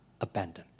abandoned